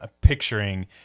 picturing